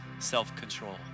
self-control